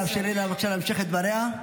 תרשי לה בבקשה להמשיך את דבריה.